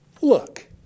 Look